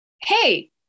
hey